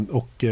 och